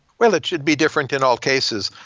well, it should be different in all cases.